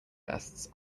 vests